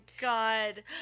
God